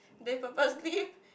they purposely